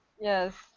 Yes